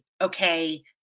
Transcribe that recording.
okay